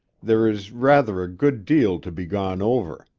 there is rather a good deal to be gone over.